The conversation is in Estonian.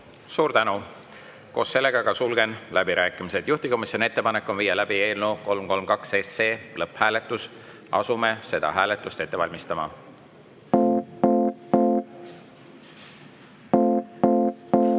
Suur tänu! Sulgen läbirääkimised. Juhtivkomisjoni ettepanek on viia läbi eelnõu 332 lõpphääletus. Asume seda hääletust ette valmistama.